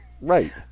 right